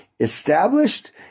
Established